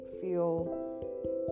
feel